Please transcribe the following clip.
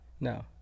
No